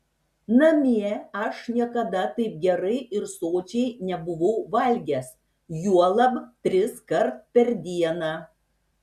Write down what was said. namie aš niekada taip gerai ir sočiai nebuvau valgęs juolab triskart per dieną